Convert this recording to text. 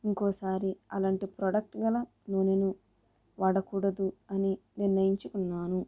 ఇంకోసారి అలాంటి ప్రోడక్ట్ గల నూనెను వాడకూడదు అని నిర్ణయించుకున్నాను